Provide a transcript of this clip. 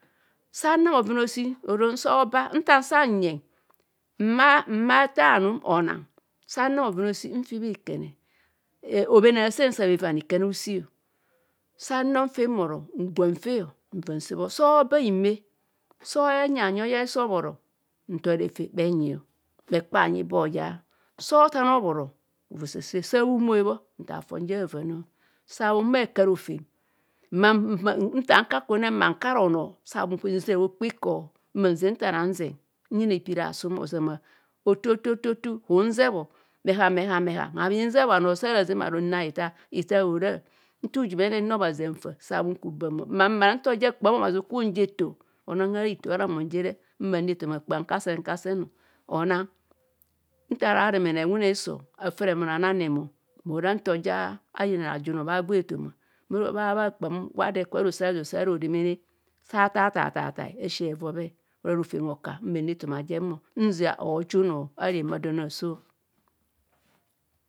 Sannang bhoven aosi onom sa oja. Sa oba, nta nsa nyeng ma ma. Eta- anum onang, sannang. Bhoyen aosi mfi bhikene, robhen asen sa bhe evaana. Ikanne oasi, sannong. Mfe mbhoro ngwan fe nva nsebho. Sa oba hime, sa bheenyi. Bhanyin oya hiso obhoro. Ntorefe bhenyi, bhe. Ekpa bhanyi ibo hoya. Sa othaan obhoro, ova sase sa bhu. Mde bho, nthan fon. Jnana ava nọ sa bhlhumo hekarofem. Mmo nta nkaku ne nkura onoo san nziziro. Rokpe iko mma nzeng nta. Nani zeng nyina hipiri asum ozama. Oto- to- otu oto- otu,. Hunzeb o, bhehan bhehan. Sang hunzeb o bhano o. Ba bhara habhazeng bharo. Nnaa hithaa. Hithaa hora,. Nta uju mene nra obhazi. Hamfa sanku baam gwa. Ammara kpam gwe. Obhazi oku bhi unja eto. Onang nthara hitho bha. Ramon njere mmn nu. Ethoma kpaam. Kasen kasen o. Onang nta ara remene. Wune hiso, afa remon. Anang remon ma ora. Nta oja ayina ra juno. Bha agwo ethoma. Bha. Kpaam gwa ado ekubho. Rosoizoi sara hari demene. Sa thatthai thathai. Asi emobhe. Ora. Rofem hoka ma anu. Ethoma jem nzia. Ojuno ara remadon. Aaso.